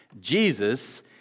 Jesus